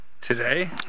Today